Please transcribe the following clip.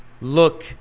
look